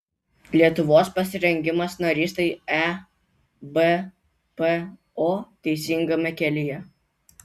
lietuvos pasirengimas narystei ebpo teisingame kelyje